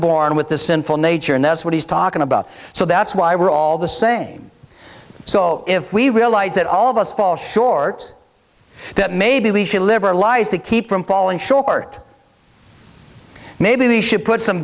born with the sinful nature and that's what he's talking about so that's why we're all the same so if we realize that all of us fall short that maybe we should live our lives to keep from falling short maybe we should put some